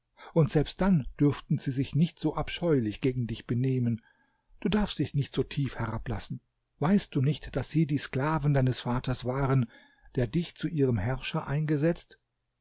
und selbst dann dürften sie sich nicht so abscheulich gegen dich benehmen du darfst dich nicht so tief herablassen weißt du nicht daß sie die sklaven deines vaters waren der dich zu ihrem herrscher eingesetzt